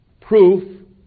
proof